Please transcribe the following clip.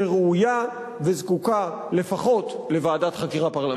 שראויה וזקוקה לפחות לוועדת חקירה פרלמנטרית.